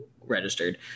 registered